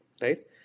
right